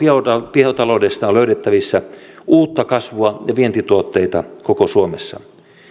biotaloudesta on löydettävissä uutta kasvua ja vientituotteita koko suomessa